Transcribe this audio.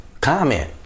comment